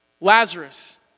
Lazarus